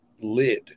lid